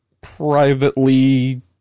privately